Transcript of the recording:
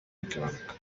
bigabanuka